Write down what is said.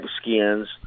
skins